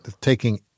taking